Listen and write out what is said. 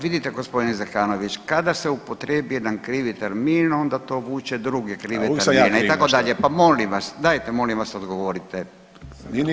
Vidite gospodine Zekanoviću kada se upotrijebi jedan krivi termin, onda to vuče druge krive termine itd [[Upadica Zekanović: A uvijek sam ja kriv nešto!]] Pa molim vas, dajte molim vas odgovorite